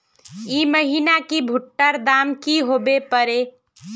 ई महीना की भुट्टा र दाम की होबे परे?